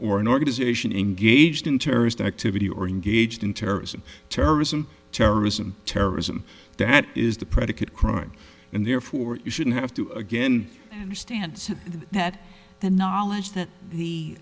or an organization engaged in terrorist activity or engaged in terrorism terrorism terrorism terrorism that is the predicate crime and therefore you shouldn't have to again the stance that the knowledge that the